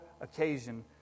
occasion